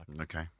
okay